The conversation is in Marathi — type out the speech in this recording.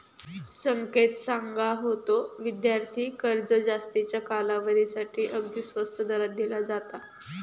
संकेत सांगा होतो, विद्यार्थी कर्ज जास्तीच्या कालावधीसाठी अगदी स्वस्त दरात दिला जाता